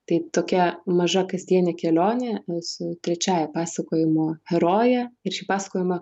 tai tokia maža kasdienė kelionė su trečiąja pasakojimo heroje ir šį pasakojimą